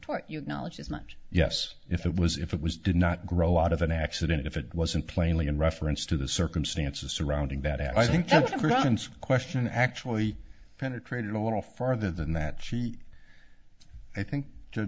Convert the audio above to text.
tort you knowledge it's not yes if it was if it was did not grow out of an accident if it wasn't plainly in reference to the circumstances surrounding that i think your son's question actually penetrated a little farther than that she i think